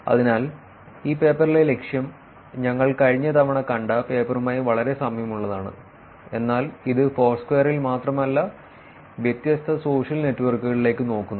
അതിനാൽ ഈ പേപ്പറിലെ ലക്ഷ്യം ഞങ്ങൾ കഴിഞ്ഞ തവണ കണ്ട പേപ്പറുമായി വളരെ സാമ്യമുള്ളതാണ് എന്നാൽ ഇത് ഫോർസ്ക്വയറിൽ മാത്രമല്ല വ്യത്യസ്ത സോഷ്യൽ നെറ്റ്വർക്കുകളിലേക്ക് നോക്കുന്നു